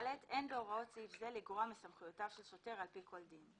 אין בהוראות סעיף זה לגרוע מסמכויותיו של שוטר על פי כל דין.